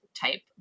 type